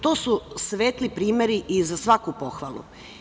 To su svetli primeri i za svaku pohvalu.